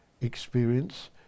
experience